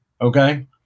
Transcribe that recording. Okay